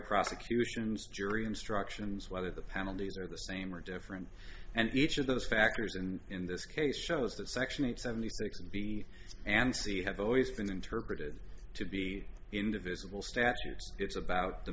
prosecutions jury instructions whether the penalties are the same or different and each of those factors and in this case shows that section eight seventy six and b and c have always been interpreted to be indivisible statues it's about the